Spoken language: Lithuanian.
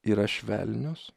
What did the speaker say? yra švelnios